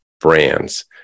Brands